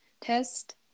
test